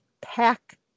pack